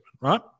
right